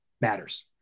matters